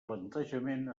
plantejament